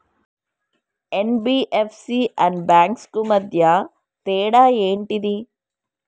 NBFC and banks కు మధ్య తేడా ఏంటిది?